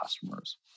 customers